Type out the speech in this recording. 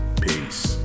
Peace